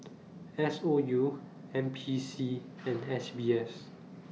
S O U N P C and S B S